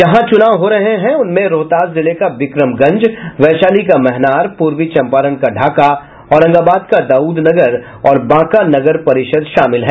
जहां चुनाव हो रहे हैं उनमें रोहतास जिले का विक्रमगंज वैशाली का महनार पूर्वी चंपारण का ढाका औरंगाबाद का दाउदनगर और बांका नगर परिषद शामिल हैं